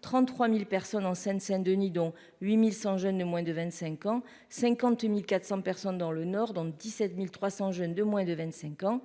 33000 personnes en Seine-Saint-Denis, dont 8100 jeunes de moins de 25 ans 50400 personnes dans le nord, dans 17300 jeunes de moins de 25 ans,